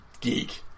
geek